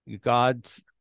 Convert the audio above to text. God's